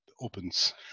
opens